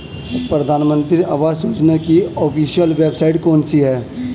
प्रधानमंत्री आवास योजना की official website कौन सी है?